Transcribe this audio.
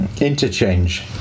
Interchange